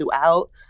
throughout